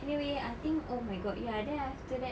anyway I think oh my god ya then after that